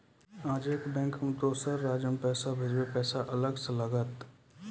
आजे के बैंक मे दोसर राज्य मे पैसा भेजबऽ पैसा अलग से लागत?